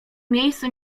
miejscu